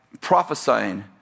prophesying